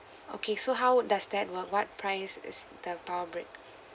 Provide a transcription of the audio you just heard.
okay so how does that work what price is the power brick